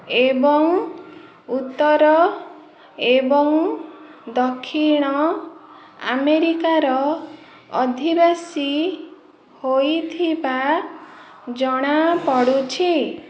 ଏବଂ ଉତ୍ତର ଏବଂ ଦକ୍ଷିଣ ଆମେରିକାର ଅଧିବାସୀ ହୋଇଥିବା ଜଣାପଡ଼ୁଛି